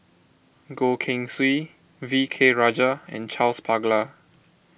Goh Keng Swee V K Rajah and Charles Paglar